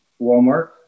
Walmart